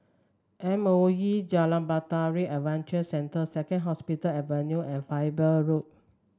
M O E Jalan Bahtera Adventure Centre Second Hospital Avenue and Faber Road